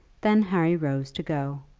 then harry rose to go.